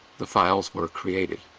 the files were created.